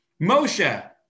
Moshe